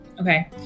Okay